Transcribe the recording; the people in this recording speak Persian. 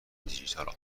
دیجیتال